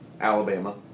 Alabama